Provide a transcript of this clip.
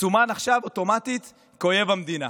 מסומן עכשיו אוטומטית כאויב המדינה.